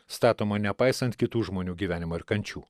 statomą nepaisant kitų žmonių gyvenimo ir kančių